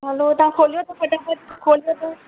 पोइ तव्हां खोलियो त फटाफटि खोलियो त